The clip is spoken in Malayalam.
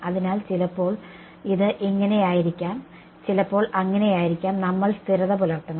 അതിനാൽ ചിലപ്പോൾ ഇത് ഇങ്ങനെയായിരിക്കാം ചിലപ്പോൾ അങ്ങനെയായിരിക്കാം നമ്മൾ സ്ഥിരത പുലർത്തണം